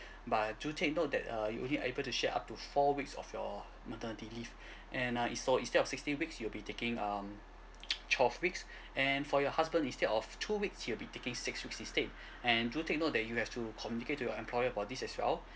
but do take note that uh you only able to share up to four weeks of your maternity leave and uh it's so instead of sixteen weeks you'll be taking um twelve weeks and for your husband instead of two weeks he'll be taking six weeks instead and do take note that you have to communicate to your employer about this as well